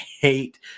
hate